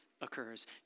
occurs